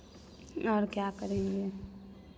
और क्या करेंगे